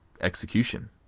execution